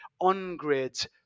on-grid